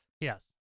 Yes